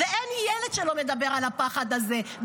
ואין ילד שלא מדבר על הפחד הזה,